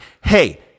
Hey